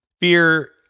fear